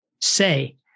say